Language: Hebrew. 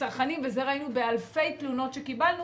ראינו את זה באלפי תלונות שקיבלנו